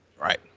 Right